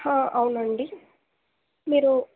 అవునండి మీరు